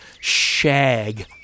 shag